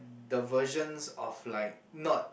the versions of like not